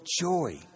joy